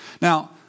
Now